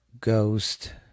Ghost